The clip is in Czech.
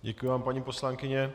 Děkuji vám, paní poslankyně.